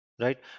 right